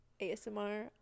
asmr